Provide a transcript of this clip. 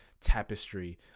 tapestry